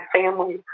family